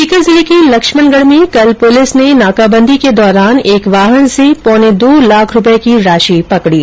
सीकर जिले के लक्ष्मणगढ में कल पुलिस ने नाकाबंदी के दौरान एक वाहन से पौने दो लाख रूपये की राशि पकडी